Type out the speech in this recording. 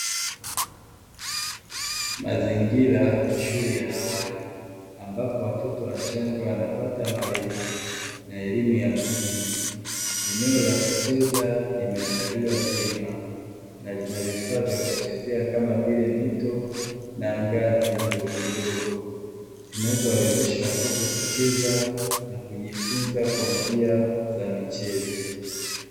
Mazingira ya shule ya awali ambapo watoto wachanga wanapata malezi na elimu ya msingi, eneo la kucheza limeandaliwa vyema na lina vifaa vya kuchezea kama vile mito na ngazi ndogo ndogo zinazowawezesha watoto kucheza na kujifunza kwa njia za michezo.